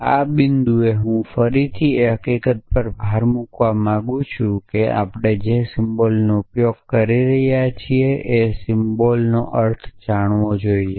આ બિંદુએ હું ફરીથી એ હકીકત પર ભાર મૂકવા માંગું છું કે આપણે જે સિમ્બોલનો ઉપયોગ કરી રહ્યા છીએ અને સિમ્બોલનો અર્થ જાણવો જ જોઇએ